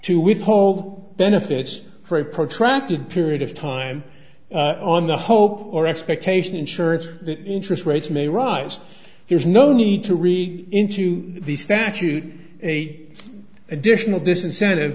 to withhold benefits for a protracted period of time on the hope or expectation insurance that interest rates may rise there's no need to read into the statute a additional disincentive